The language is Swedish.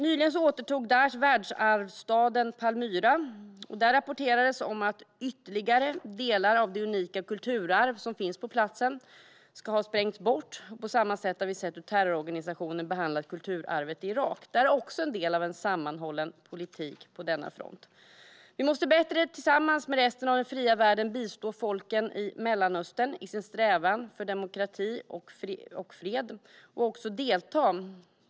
Nyligen återtog Daish världsarvsstaden Palmyra, och det rapporteras att ytterligare delar av det unika kulturarv som finns på platsen ska ha sprängts bort. På samma sätt har vi sett hur terrororganisationen har behandlat kulturarvet i Irak. Detta är också en del av en sammanhållen politik på denna front. Vi måste, tillsammans med resten av den fria världen, bättre bistå folken i Mellanöstern i deras strävan efter demokrati och fred.